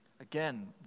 Again